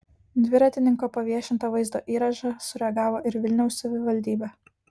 dviratininko paviešintą vaizdo įrašą sureagavo ir vilniaus savivaldybė